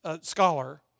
scholar